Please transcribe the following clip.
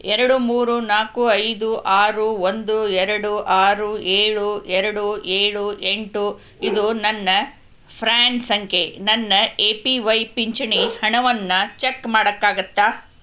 ಎರಡು ಮೂರು ನಾಲ್ಕು ಐದು ಆರು ಒಂದು ಎರಡು ಆರು ಏಳು ಎರಡು ಏಳು ಎಂಟು ಇದು ನನ್ನ ಫ್ರ್ಯಾನ್ ಸಂಖ್ಯೆ ನನ್ನ ಎ ಪಿ ವೈ ಪಿಂಚಣಿ ಹಣವನ್ನು ಚೆಕ್ ಮಾಡೋಕ್ಕಾಗತ್ತಾ